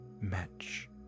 match